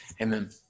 Amen